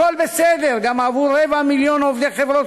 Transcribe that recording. הכול בסדר גם עבור רבע מיליון עובדי חברות